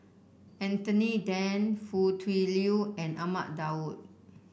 Anthony Then Foo Tui Liew and Ahmad Daud